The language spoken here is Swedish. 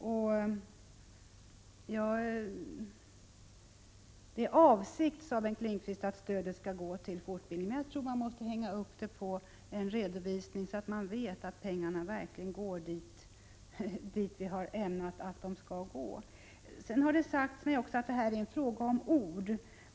Avsikten är, sade Bengt Lindqvist, att stödet skall gå till fortbildning, men jag tror man måste hänga upp det hela på en redovisning för att vara säker på att pengarna verkligen går dit vi har avsett att de skall gå. Det har sagts mig att det här är en fråga om ord.